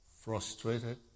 frustrated